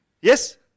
yes